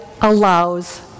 allows